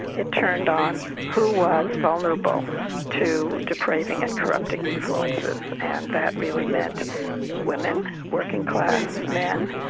it turned on who was vulnerable to depraving and corrupting influences and that really meant women, working-class men,